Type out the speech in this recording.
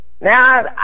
Now